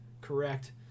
correct